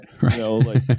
right